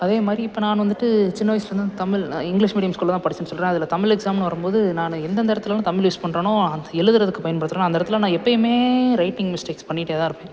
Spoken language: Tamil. அதே மாதிரி இப்போ நான் வந்துட்டு சின்ன வயசுலேருந்து தமிழ் இங்கிலிஷ் மீடியம் ஸ்கூல்ல தான் படிச்சேன்னு சொல்கிறேன் அதில் தமிழ் எக்ஸாம்னு வரும் போது நான் எந்தெந்த இடத்துலலாம் தமிழ் யூஸ் பண்றேனோ அந்த எழுதுகிறதுக்கு பயன்படுத்துகிறனோ அந்த இடத்துல நான் எப்பையுமே ரைட்டிங் மிஸ்டேக்ஸ் பண்ணிக்கிட்டே தான் இருப்பேன்